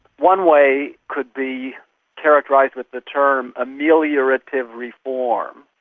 one way could be characterised with the term ameliorative reform.